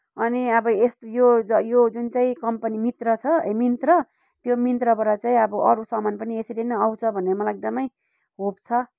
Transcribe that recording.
अनि अब यस्तो यो यो जुन चाहिँ कम्पनी मित्र छ ए मिन्त्रा त्यो मिन्त्रबाट चाहिँ अब अरू सामान पनि यसरी नै आउँछ भन्ने मलाई एकदमै होप छ